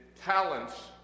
talents